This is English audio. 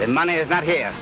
that money is not here